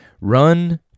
run